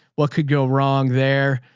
what could go wrong there?